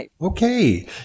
Okay